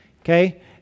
Okay